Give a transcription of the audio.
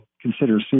consider